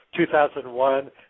2001